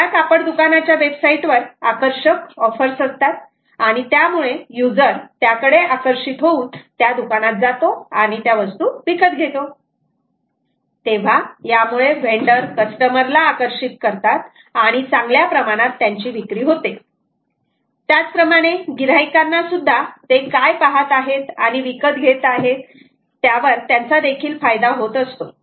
त्या कापड दुकानाच्या वेबसाईट वर आकर्षक ऑफर्स असतात आणि त्यामुळे यूजर त्याकडे आकर्षित होऊन त्या दुकानात जातो आणि त्या वस्तू विकत घेतो तेव्हा यामुळे व्हेंडर कस्टमर ला आकर्षित करतात आणि चांगल्या प्रमाणात त्यांची विक्री होते त्याचप्रमाणे गिऱ्हाइकांना सुद्धा ते काय पहात आहेत आणि विकत घेत आहे त्यावर त्यांचा देखील फायदा होत असतो